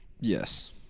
yes